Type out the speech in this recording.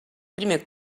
primer